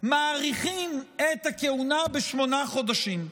מאריכים את הכהונה בשמונה חודשים.